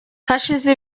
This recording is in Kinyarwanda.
hashize